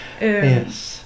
Yes